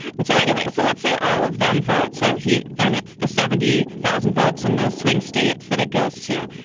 and so anyway, so let's say all of them vote. so he. then it's the seventy thousand votes in those swing states that it goes to.